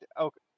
Okay